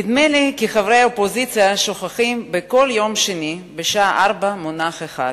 נדמה לי כי חברי האופוזיציה שוכחים בכל יום שני בשעה 16:00 מונח אחד,